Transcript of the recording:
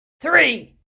three